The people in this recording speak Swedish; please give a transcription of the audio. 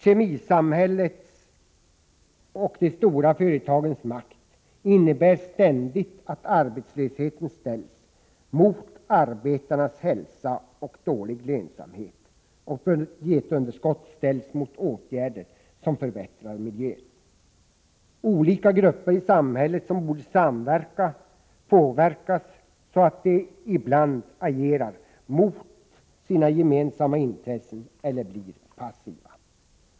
Kemisamhället och de stora företagens makt innebär ständigt att arbetslösheten ställs mot arbetarnas hälsa och dålig lönsamhet och att budgetunderskott ställs mot åtgärder som förbättrar miljön. Olika grupper i samhället som borde samverka påverkas så att de ibland agerar mot sina gemensamma intressen eller blir passiva.